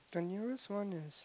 can use one is